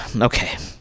Okay